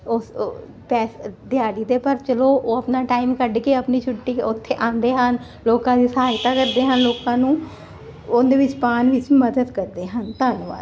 ਉਸ ਪੈਸ ਦਿਹਾੜੀ ਤੇ ਪਰ ਚਲੋ ਉਹ ਆਪਣਾ ਟਾਈਮ ਕੱਢ ਕੇ ਆਪਣੀ ਛੁੱਟੀ ਉਥੇ ਆਉਂਦੇ ਹਨ ਲੋਕਾਂ ਦੀ ਸਹਾਇਤਾ ਕਰਦੇ ਹਨ ਲੋਕਾਂ ਨੂੰ ਉਹਦੇ ਵਿੱਚ ਪਾਣ ਵਿੱਚ ਮਦਦ ਕਰਦੇ ਹਨ ਧੰਨਵਾਦ